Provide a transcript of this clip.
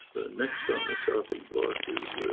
next on the chopping block is